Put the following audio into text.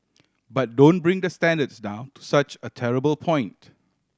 but don't bring the standards down to such a terrible point